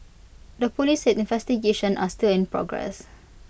the Police said investigations are still in progress